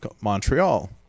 Montreal